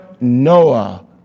noah